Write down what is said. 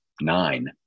nine